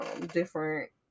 different